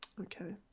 Okay